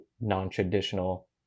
non-traditional